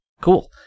cool